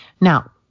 Now